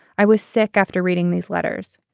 i was sick after reading these letters.